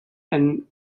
and